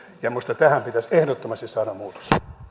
ja minusta tähän pitäisi ehdottomasti saada muutos